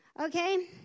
Okay